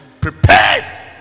prepares